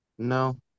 No